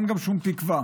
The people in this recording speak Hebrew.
אין גם שום תקווה.